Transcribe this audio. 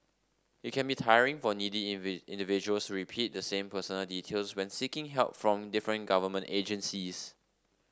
it can be tiring for needy individuals to repeat the same personal details when seeking help from different government agencies